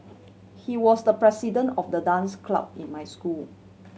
he was the president of the dance club in my school